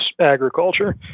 agriculture